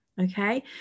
okay